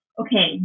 okay